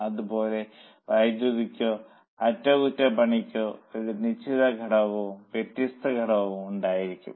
അതുപോലെ വൈദ്യുതിക്കോ അറ്റകുറ്റപ്പണിക്കോ ഒരു നിശ്ചിത ഘടകവും വ്യത്യസ്ത ഘടകവും ഉണ്ടായിരിക്കും